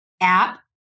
app